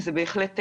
וזה בהחלט מבורך,